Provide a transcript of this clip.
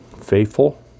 faithful